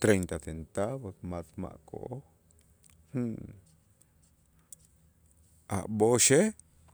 treinta centavos mas ma' ko'oj a' b'oxej